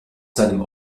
seinem